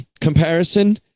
comparison